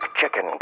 chicken